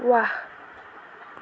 ৱাহ